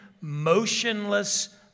motionless